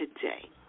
today